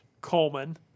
Coleman